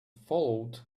followed